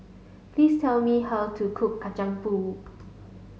please tell me how to cook Kacang Pool